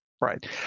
right